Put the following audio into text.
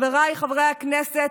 חבריי חברי הכנסת,